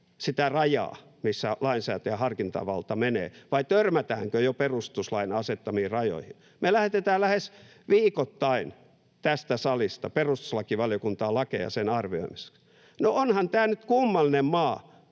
sitä rajaa, missä lainsäätäjän harkintavalta menee, vai törmätäänkö jo perustuslain asettamiin rajoihin. Me lähetetään lähes viikoittain tästä salista perustuslakivaliokuntaan lakeja sen arvioimiseksi. No, onhan tämä nyt kummallinen maa,